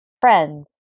friends